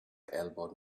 elbowed